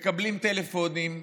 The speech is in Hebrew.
מקבלים טלפונים,